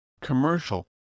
commercial